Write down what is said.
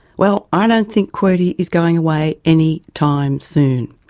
well, i don't think qwerty is going away any time soon.